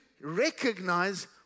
recognize